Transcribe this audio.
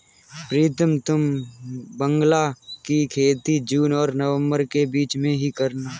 प्रीतम तुम बांग्ला की खेती जून और नवंबर के बीच में ही करना